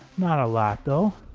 not a lot though